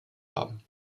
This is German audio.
haben